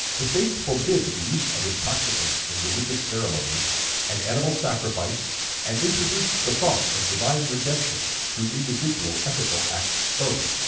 the faith forbid the use of intoxicants in religious ceremonies and animal sacrifice and introduced the thought of divine redemption through individual ethical act both,